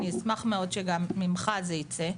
אני אשמח מאוד שגם ממך זה ייצא.